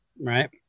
right